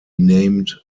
named